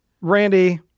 randy